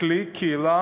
קהילה